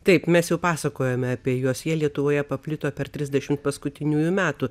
taip mes jau pasakojome apie juos jie lietuvoje paplito per trisdešimt paskutiniųjų metų